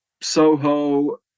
Soho